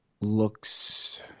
looks